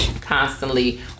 constantly